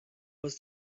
was